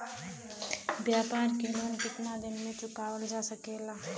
व्यापार के लोन कितना दिन मे चुकावल जा सकेला?